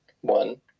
one